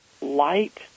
light